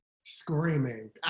Screaming